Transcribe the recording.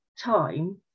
time